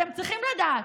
אתם צריכים לדעת.